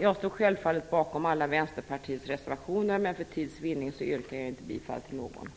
Jag står självfallet bakom alla Vänsterpartiets reservationer, men för tids vinnande yrkar jag inte bifall till någon